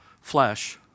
flesh